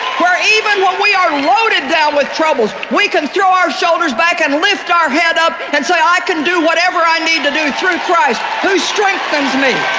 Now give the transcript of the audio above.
where even when we are loaded down with troubles, we can throw our shoulders back and lift our head up and say i can do whatever i need to do through christ who strengthens me.